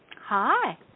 Hi